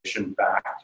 back